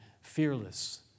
fearless